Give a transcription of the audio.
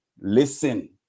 listen